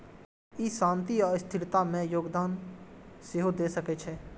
ई शांति आ स्थिरता मे योगदान सेहो दए सकै छै